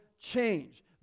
change